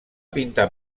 pintar